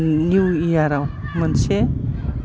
निउइयारआव मोनसे